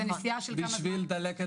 בשביל דלקת באוזן.